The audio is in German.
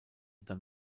dann